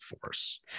force